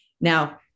Now